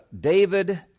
David